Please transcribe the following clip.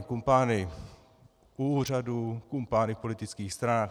Kumpány u úřadů, kumpány u politických stran atd.